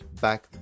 back